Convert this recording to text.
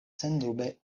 sendube